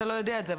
אתה לא יודע את זה,